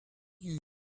you